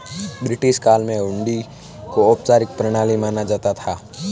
British काल में हुंडी को औपचारिक प्रणाली माना जाता था